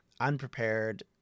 unprepared